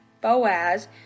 boaz